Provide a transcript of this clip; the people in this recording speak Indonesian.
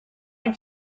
yang